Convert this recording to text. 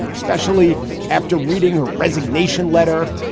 especially after reading a resignation letter.